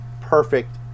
perfect